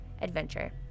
Adventure